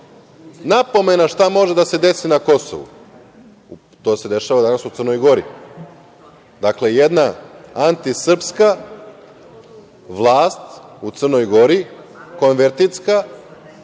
napomena šta može da se desi na Kosovu. To se dešava danas u Crnoj Gori. Dakle, jedna antisrpska vlast u Crnoj Gori, konverticka,